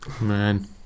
man